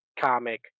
comic